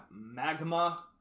Magma